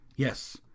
Yes